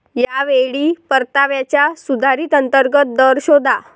या वेळी परताव्याचा सुधारित अंतर्गत दर शोधा